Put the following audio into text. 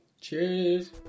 Cheers